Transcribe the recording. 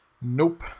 Nope